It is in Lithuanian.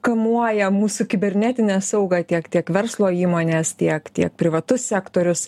kamuoja mūsų kibernetinę saugą tiek tiek verslo įmonės tiek tiek privatus sektorius